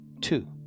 Two